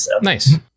Nice